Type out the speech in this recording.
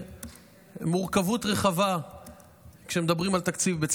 מורכבות רחבה בצידם כשמדברים על תקציב.